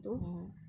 mmhmm